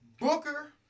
Booker